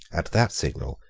at that signal,